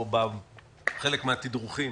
או בחלק מן התדרוכים